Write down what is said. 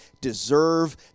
deserve